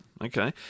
okay